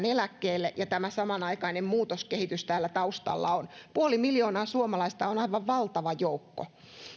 eläkkeelle ja tämä samanaikainen muutoskehitys täällä taustalla on puoli miljoonaa suomalaista on aivan valtava joukko